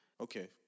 Okay